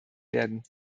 werden